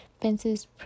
fences